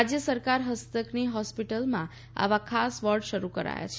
રાજ્ય સરકાર હસ્તકની હોસ્પિટલોમાં આવા ખાસ વોર્ડ શરૂ કરાયા છે